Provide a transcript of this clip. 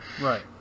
Right